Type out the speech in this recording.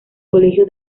colegio